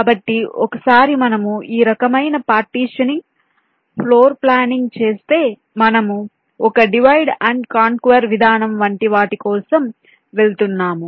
కాబట్టి ఒకసారి మనము ఈ రకమైన పార్టీషనింగ్ ఫ్లోర్ ప్లానింగ్ చేస్తే మనము ఒక డివైడ్ అండ్ కాంక్వెర్ విధానం వంటి వాటి కోసం వెళ్తున్నాము